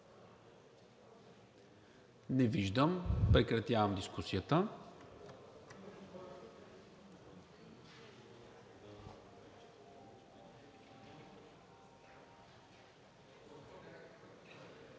Не виждам. Прекратявам дискусията.